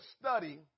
study